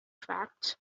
tracts